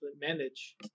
manage